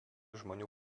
žmonių